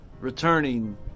returning